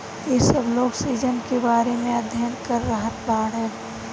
इ सब लोग सीजन के बारे में अध्ययन कर रहल बाड़न